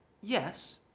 yes